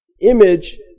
image